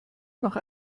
noch